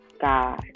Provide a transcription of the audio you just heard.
God